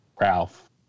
Ralph